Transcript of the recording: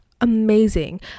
Amazing